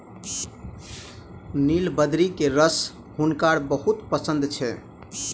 नीलबदरी के रस हुनका बहुत पसंद छैन